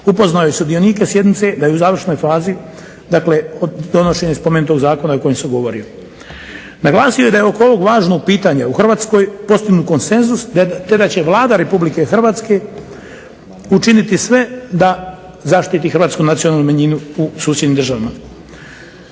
Upoznao je sudionike sjednice da je u završnoj fazi dakle donošenje spomenutog zakona o kojem sam govorio. Naglasio je da je oko ovog važnog pitanja u Hrvatskoj postignut konsenzus, te da će Vlada Republike Hrvatske učiniti sve da zaštiti hrvatsku nacionalnu manjinu u susjednim državama.